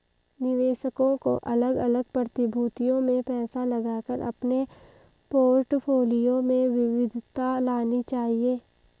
निवेशकों को अलग अलग प्रतिभूतियों में पैसा लगाकर अपने पोर्टफोलियो में विविधता लानी चाहिए